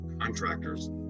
contractors